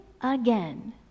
again